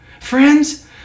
Friends